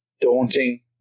daunting